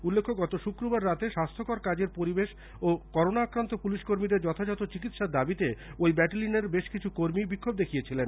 উল্লেখ্য গত শুক্রবার রাতে স্বাস্থ্যকর কাজের পরিবেশ ও করোনা আক্রান্ত পুলিশকর্মীদের যথাযথ চিকিৎসার দাবিতে ঐ ব্যাটেলিয়নের বেশ কিছু কর্মী বিক্ষোভ দেখিয়েছিলেন